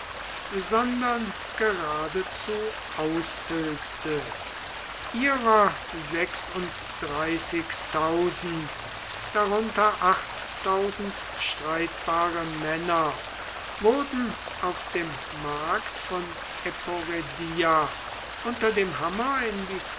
sondern geradezu austilgte ihrer sechsunddreißig darunter streitbare männer wurden auf dem markt von eporedia unter dem hammer in die